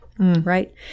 Right